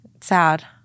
Sad